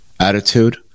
attitude